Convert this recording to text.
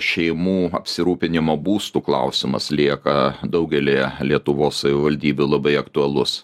šeimų apsirūpinimo būstu klausimas lieka daugelyje lietuvos savivaldybių labai aktualus